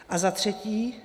A za třetí.